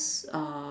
uh